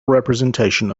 representation